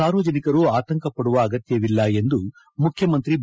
ಸಾರ್ವಜನಿಕರು ಆತಂಕ ಪಡುವ ಅಗತ್ಯವಿಲ್ಲ ಎಂದು ಮುಖ್ಯಮಂತ್ರಿ ಬಿ